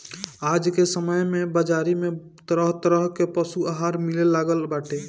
आज के समय में बाजारी में तरह तरह के पशु आहार मिले लागल बाटे